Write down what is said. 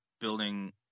building